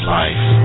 life